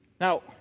Now